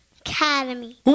Academy